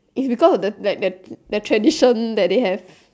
is because of the like like like tradition that they have